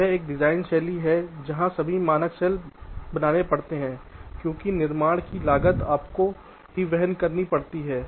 यह एक डिज़ाइन शैली है जहाँ सभी मास्क बनाने पड़ते हैं क्योंकि निर्माण की लागत आपको ही वहन करनी पड़ती है